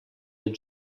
had